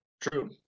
True